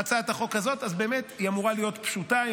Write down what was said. הצעת החוק הזאת אמורה להיות פשוטה,